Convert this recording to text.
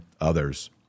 others